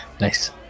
nice